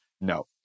no